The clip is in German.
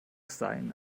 sein